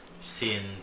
seeing